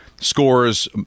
scores